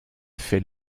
fait